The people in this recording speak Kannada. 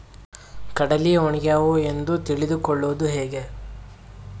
ಕಡಲಿ ಒಣಗ್ಯಾವು ಎಂದು ತಿಳಿದು ಕೊಳ್ಳೋದು ಹೇಗೆ?